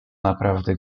naprawdę